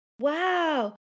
Wow